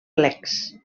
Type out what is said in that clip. plecs